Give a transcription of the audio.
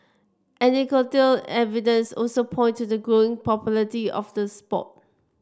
anecdotal evidence also points to the growing popularity of the sport